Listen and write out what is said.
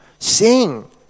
Sing